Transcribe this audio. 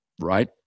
Right